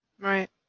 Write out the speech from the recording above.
Right